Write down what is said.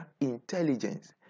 intelligence